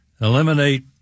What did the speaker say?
eliminate